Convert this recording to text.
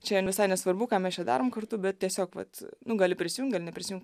čia visai nesvarbu ką mes čia darom kartu bet tiesiog vat nu gali prisijungt ir neprisijungt